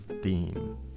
theme